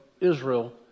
Israel